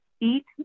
eat